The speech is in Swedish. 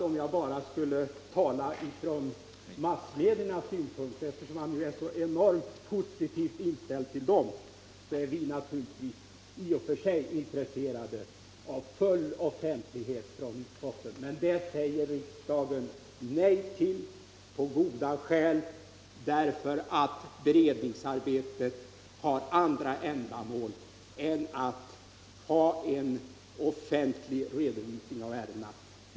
Om jag bara skulle tala från massmediernas synpunkt — eftersom man tycks vara så enormt positivt inställd till dem — så vill jag säga att dessa naturligtvis i och för sig är intresserade av full offentlighet. Men det säger riksdagen på goda skäl nej till, bl.a. därför att beredningsarbetet har andra ändamål än att ge en offentlig redovisning av ärendena.